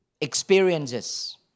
experiences